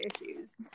issues